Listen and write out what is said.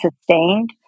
sustained